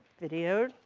videoed,